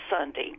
Sunday